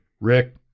Rick